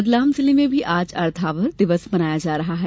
रतलाम जिले में भी आज अर्थ आवर दिवस मनाया जा रहा है